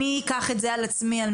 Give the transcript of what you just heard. אני אקח את זה על עצמי,